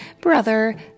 brother